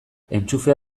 entxufea